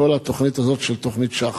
כל התוכנית הזו של פרויקט שח"ף?